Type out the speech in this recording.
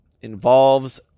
involves